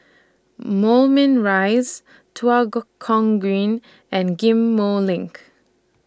Moulmein Rise Tua Kong Green and Ghim Moh LINK